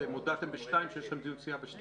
ואתם הודעתם ב-14:00 שיש לכם דיון סיעה ב-14:00.